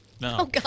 No